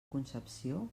concepció